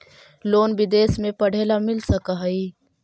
Loan विदेश में पढ़ेला मिल सक हइ?